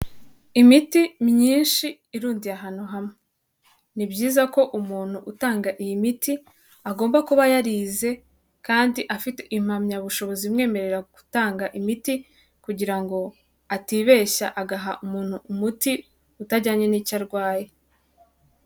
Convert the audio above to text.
Imiti myinshi irundiye ahantu hamwe. Ni byiza ko umuntu utanga iyi miti agomba kuba yarize kandi afite impamyabushobozi imwemerera gutanga imiti kugira ngo atibeshya agaha umuntu umuti utajyanye n'icyo arwaye.